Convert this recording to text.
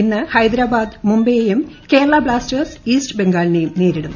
ഇന്ന് ഹൈദരാബാദ് മുംബൈയെയും Kerala Blasters east ബംഗാളിനെയും നേരിടും